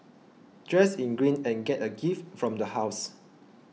dress in green and get a gift from the house